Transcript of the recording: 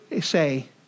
say